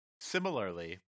Similarly